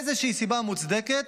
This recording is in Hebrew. איזושהי סיבה מוצדקת,